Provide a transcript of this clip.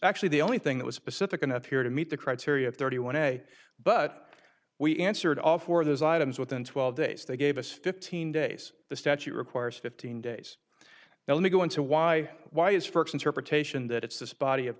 actually the only thing that was specific enough here to meet the criteria thirty one day but we answered all four of those items within twelve days they gave us fifteen days the statute requires fifteen days now let me go into why why is for interpretation that it's this body of